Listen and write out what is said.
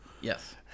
Yes